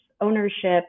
ownership